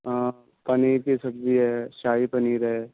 پنیر کی سبزی ہے شاہی پنیر ہے